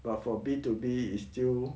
but for B two B is still